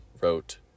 wrote